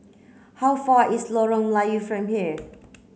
how far is Lorong Melayu from here